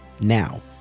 Now